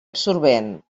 absorbent